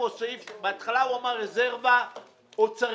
בהתחלה הוא אמר: רזרבה אוצרית.